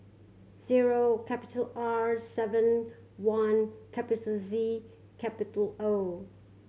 zero capital R seven one capital Z capital O